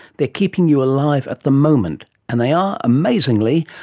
they are keeping you alive at the moment, and they are, amazingly,